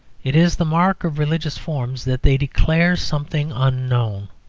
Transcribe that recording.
it is the mark of religious forms that they declare something unknown.